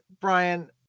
brian